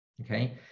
okay